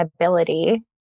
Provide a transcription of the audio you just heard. ability